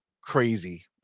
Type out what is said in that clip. crazy